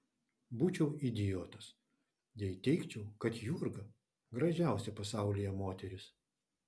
būčiau idiotas jei teigčiau kad jurga gražiausia pasaulyje moteris